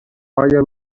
آیا